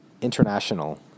international